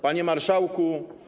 Panie Marszałku!